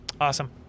awesome